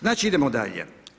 Znači idemo dalje.